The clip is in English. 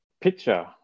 picture